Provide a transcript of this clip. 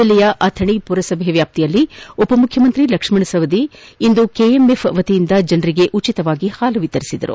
ಜಿಲ್ಲೆಯ ಅಥಣಿ ಮರಸಭೆ ವ್ಯಾಪ್ತಿಯಲ್ಲಿ ಉಪಮುಖ್ಯಮಂತ್ರಿ ಲಕ್ಷ್ಮಣ್ ಸವದಿ ಅವರು ಇಂದು ಕೆಎಂಎಫ್ ವತಿಯಿಂದ ಜನರಿಗೆ ಉಚಿತವಾಗಿ ಹಾಲು ವಿತರಿಸಿದರು